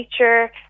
nature